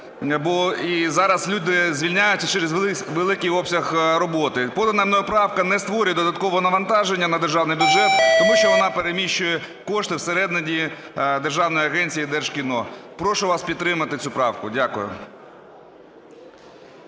і зараз люди звільняються через великий обсяг роботи. Подана мною правка не створює додаткового навантаження на державний бюджет, тому що вона переміщує кошти всередині державної агенції і Держкіно. Прошу вас підтримати цю правку. Дякую.